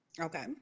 Okay